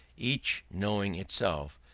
each knowing itself,